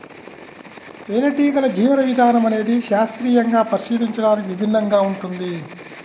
తేనెటీగల జీవన విధానం అనేది శాస్త్రీయంగా పరిశీలించడానికి విభిన్నంగా ఉంటుంది